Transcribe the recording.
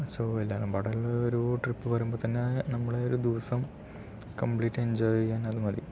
so എല്ലാവരും ഒരു trip പോകുമ്പോൾ തന്നെ നമ്മളുടെ ഒരു ദിവസം കമ്പ്ലീറ്റ് എൻജോയ് ചെയ്യാൻ അത് മതി